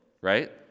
Right